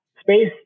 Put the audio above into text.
space